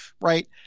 right